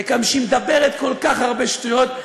זה גם שהיא מדברת כל כך הרבה שטויות,